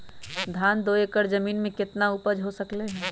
धान दो एकर जमीन में कितना उपज हो सकलेय ह?